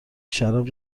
شراب